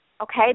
okay